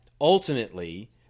ultimately